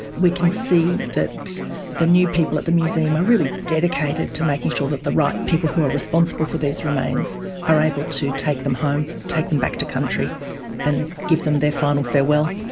we can see that the new people at the museum are really dedicated to making sure that the right people who are responsible for these remains are able to take them home, take them back to country and give them their final farewell.